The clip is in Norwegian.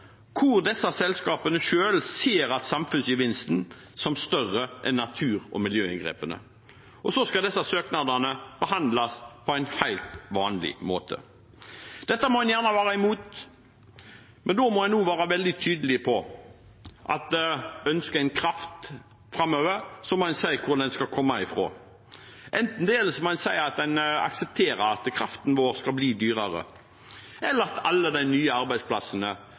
hvor disse selskapene selv ser samfunnsgevinsten som større enn natur- og miljøinngrepene. Så skal disse søknadene behandles på en helt vanlig måte. Dette må en gjerne være imot, men da må en også være veldig tydelig på at hvis en ønsker kraft framover, så må en si hvor den skal komme fra. Enten det, eller så må en si at en aksepterer at kraften vår skal bli dyrere, eller at alle de nye arbeidsplassene